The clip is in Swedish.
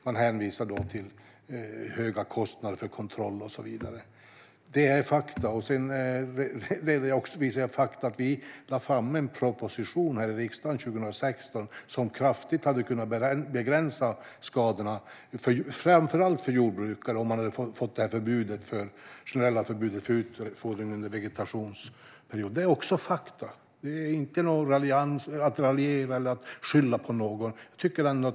Man hänvisade till höga kostnader för kontroll och så vidare. Det är fakta. Fakta är också att vi lade fram en proposition i riksdagen 2016. Det hade kraftigt kunnat begränsa skadorna framför allt för jordbrukare om man fått det generella förbudet för utfodring under vegetationsperioden. Det är också fakta. Det är inte att raljera eller att skylla på någon.